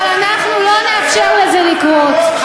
אבל אנחנו לא נאפשר לזה לקרות.